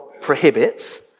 prohibits